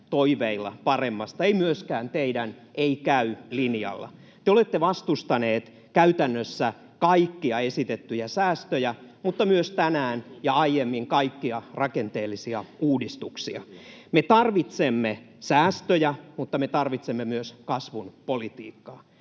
toiveilla paremmasta, ei myöskään teidän ei käy ‑linjallanne. Te olette vastustaneet käytännössä kaikkia esitettyjä säästöjä, mutta myös tänään ja aiemmin kaikkia rakenteellisia uudistuksia. Me tarvitsemme säästöjä, mutta me tarvitsemme myös kasvun politiikkaa.